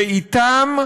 ואתם,